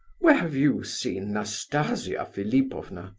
where have you seen nastasia philipovna?